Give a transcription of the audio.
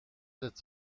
its